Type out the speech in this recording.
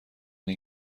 این